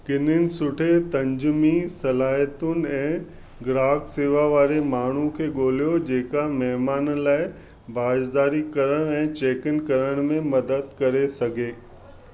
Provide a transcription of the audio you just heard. किननि सुठे तनज़मी सलाहियतुनि ऐं ग्राहक सेवा वारे माण्हू खे गो॒ल्हयो जेका महिमान लाइ बाज़दारी करणु ऐं चेक इन करण में मदद करे सघे